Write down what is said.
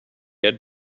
had